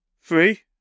Three